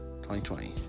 2020